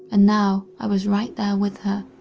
and now, i was right there with her.